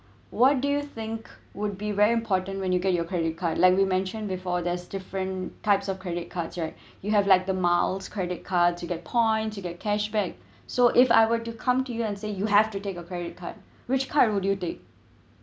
what do you think would be very important when you get your credit card like you mentioned before there's different types of credit cards right you have like the miles credit card to get point to get cash back so if I were to come to you and say you have to take a credit card which card will you take